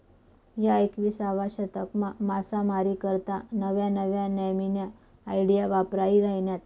ह्या एकविसावा शतकमा मासामारी करता नव्या नव्या न्यामीन्या आयडिया वापरायी राहिन्यात